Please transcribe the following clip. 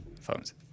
Phones